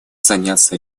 заняться